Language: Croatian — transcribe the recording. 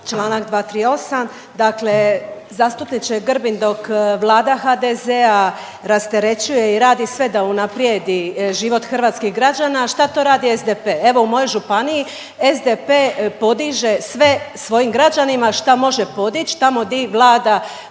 Članak 238. Dakle zastupniče Grbin dok Vlada HDZ-a rasterećuje i radi sve da unaprijedi život hrvatskih građana šta to radi SDP? Evo u mojoj županiji SDP podiže sve svojim građanima šta može podići tamo di vlada